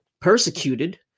persecuted